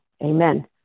Amen